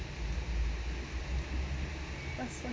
that's